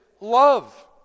love